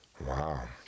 Wow